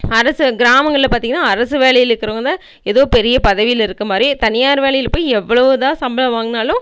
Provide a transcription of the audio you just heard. அரசு கிராமங்களில் பார்த்திங்கனா அரசு வேலையில இருக்கிறவங்க தான் எதோ பெரிய பதவியில இருக்க மாரி தனியார் வேலையில போய் எவ்வளவு தான் சம்பளம் வாங்கினாலும்